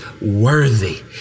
worthy